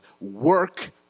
work